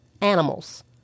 animals